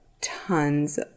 tons